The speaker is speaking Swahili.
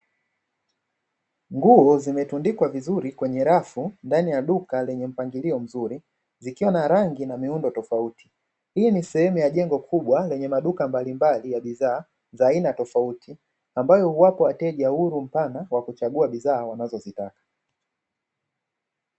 Nguo zimetundikwa vizuri kwenye rafu yenye mpangilio mzuri, zikiwa na rangi na miundo tofauti, sehemu yenye jengo kubwa na maduka mbalimbali yenye bidhaa za aina tofauti ambayo huwapa wateja uhuru wa kuchagua bidhaa wanazozitaka.